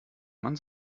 man